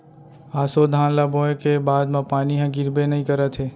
ऑसो धान ल बोए के बाद म पानी ह गिरबे नइ करत हे